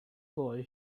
boy